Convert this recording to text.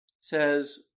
says